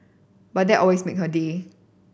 but that always make her day